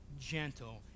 Gentle